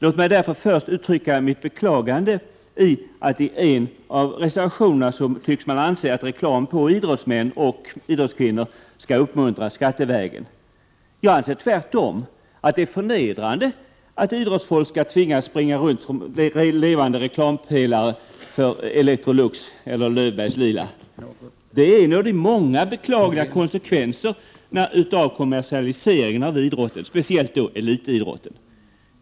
Låt mig därför först uttrycka mitt beklagande över att man i en reservation tycks anse att reklam på idrottsmän och idrottskvinnor skall uppmuntras skattevägen. Jag anser att det tvärtom är förnedrande att idrottsfolk skall tvingas springa omkring som levande reklampelare för Electrolux eller Löfbergs Lila. Detta är en av de många beklagliga konsekvenser av kommersialiseringen av idrotten, särskilt då elitidrotten.